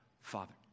Father